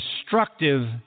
destructive